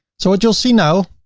so what you'll see now,